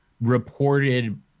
reported